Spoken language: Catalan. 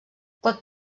pot